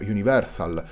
Universal